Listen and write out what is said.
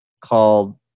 called